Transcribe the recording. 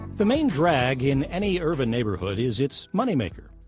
the main drag in any urban neighborhood is its moneymaker.